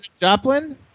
Joplin